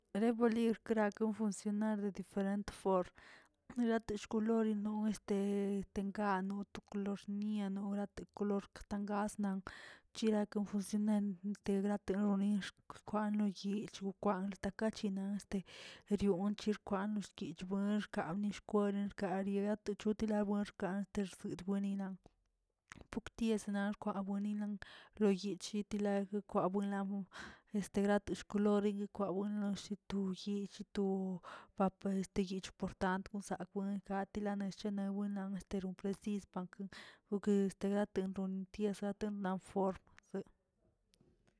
Rebolir krak funcionar de diferente form, lati shkolorin' este eten gaa no to kolor xniꞌa ora to kolor ntan gasnan, chilako funcionar nen de grate nonixkw lo yilch kwan takachina este, rion yirkwa norchi yerkam norkwera xga byegato chuli kwa kaltersi kweniꞌ, pork tiesni rkwawen yila lo yi chitilan kwabu lowi este grato xkolor yikwawen lo shi tu yech to papel yech por tant daa kwen gatila nanch na wilan estero presi pankə wke este gati tiesa atinmaꞌ form zə.